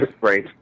right